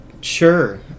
sure